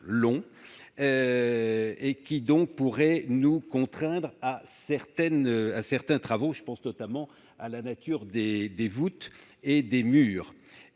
et pourrait nous contraindre à certains travaux, je pense notamment à la nature des voûtes et des murs.